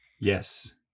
yes